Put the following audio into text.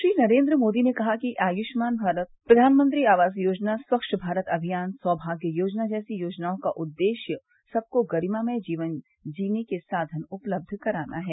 श्री नरेन्द्र मोदी ने कहा कि आयुष्मान भारत प्रधानमंत्री आवास योजना स्वच्छ भारत अभियान सौमाग्य योजना जैसी योजनाओं का उद्देश्य सबको गरिमामय जीवन जीने के साधन उपलब्ध कराना है